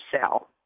sell